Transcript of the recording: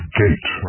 gate